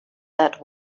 that